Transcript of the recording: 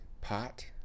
pot